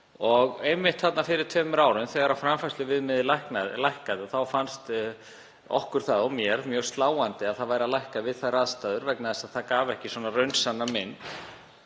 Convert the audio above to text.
Og einmitt fyrir tveimur árum, þegar framfærsluviðmiðið lækkaði, þá fannst okkur og mér það mjög sláandi að það væri að lækka við þær aðstæður vegna þess að það gaf ekki raunsanna mynd.